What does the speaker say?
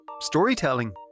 storytelling